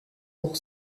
pour